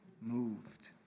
moved